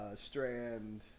Strand